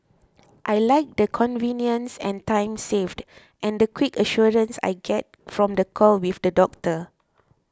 I like the convenience and time saved and the quick assurance I get from the call with the doctor